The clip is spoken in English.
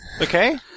Okay